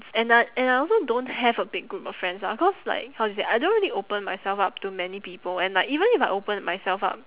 ~s and I and I also don't have a big group of friends ah cause like how do you say I don't really open myself up to many people and like even if I open myself up